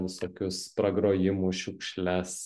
visokius pragrojimus šiukšles